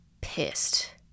pissed